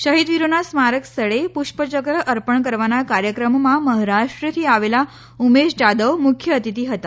શહિદ વિરોના સ્મારક સ્થળે પુષ્પચક્ર અર્પણ કરવાના કાર્યક્રમમાં મહારાષ્ર્ થી આવેલા ઉમેશ જાદવ મુખ્ય અતિથિ હતા